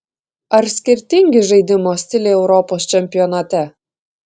ar skirtingi žaidimo stiliai europos čempionate